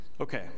Okay